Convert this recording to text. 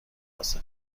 واسه